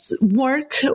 work